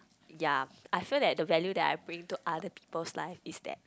ya I feel that the value that I bring to other people's life is that